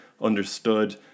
understood